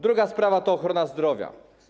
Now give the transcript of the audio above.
Druga sprawa to ochrona zdrowia.